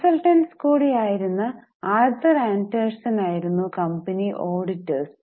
consultants കൂടി ആയിരുന്ന Arthur Andersen ആയിരുന്നു കമ്പനി ഓഡിറ്റർസ്